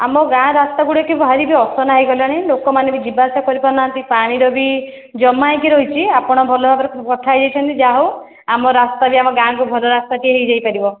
ଆମ ଗାଁ ରାସ୍ତାଗୁଡ଼ିକ ଭାରି ବି ଅସନା ହୋଇଗଲାଣି ଲୋକମାନେ ବି ଯିବା ଆସିବା କରି ପାରୁନାହାନ୍ତି ପାଣିର ବି ଜମା ହୋଇକି ରହିଛି ଆପଣ ଭଲ ଭାବରେ କଥା ହୋଇଯାଇଛନ୍ତି ଯାହା ହଉ ଆମ ରାସ୍ତା ବି ଆମ ଗାଁକୁ ଭଲ ରାସ୍ତାଟେ ହୋଇଯାଇପାରିବ